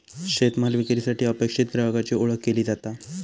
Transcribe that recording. शेतमाल विक्रीसाठी अपेक्षित ग्राहकाची ओळख केली जाता